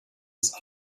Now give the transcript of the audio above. ist